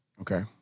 Okay